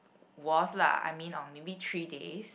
was lah I mean on maybe three days